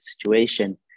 situation